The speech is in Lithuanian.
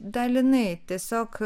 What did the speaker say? dalinai tiesiog